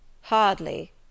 Hardly